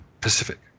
Pacific